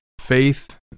faith